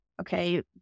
okay